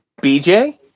BJ